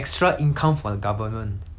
right cause like